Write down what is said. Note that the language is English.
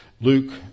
Luke